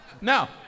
No